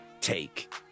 take